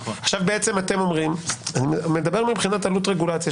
אני מדבר עכשיו מבחינת עלות רגולציה.